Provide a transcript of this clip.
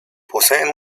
poseen